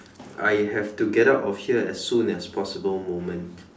I have to get out of here as soon as possible moment